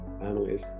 families